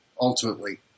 ultimately